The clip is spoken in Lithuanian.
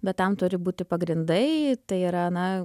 bet tam turi būti pagrindai tai yra na